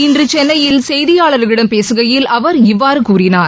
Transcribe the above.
இன்று சென்னையில் செய்தியாளர்களிடம் பேசுகையில் அவர் இவ்வாறு கூறினார்